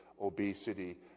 obesity